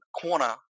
corner